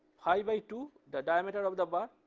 phi by two the diameter of the bar.